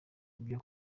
byo